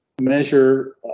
measure